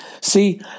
See